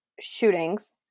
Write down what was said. shootings